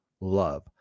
love